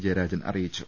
ജയരാജൻ അറിയിച്ചു